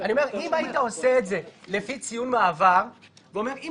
אני אומר שאם היית עושה את זה לפי ציון מעבר ואומר שאם